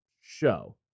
show